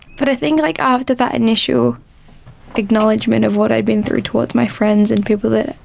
but i think like after that initial acknowledgement of what i'd been through towards my friends and people that